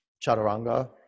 chaturanga